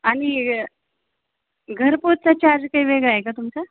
आणि घरपोचचा चार्ज काही वेगळा आहे का तुमचा